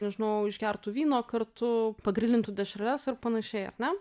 nežinau išgertų vyno kartu pagrilintų dešreles ar panašiai ar ne